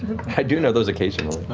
i do know those occasionally.